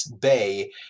bay